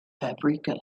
paprika